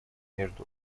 между